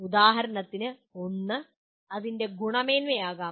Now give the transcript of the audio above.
ഉദാഹരണത്തിന് ഒന്ന് അതിന്റെ ഗുണമേന്മ ആകാം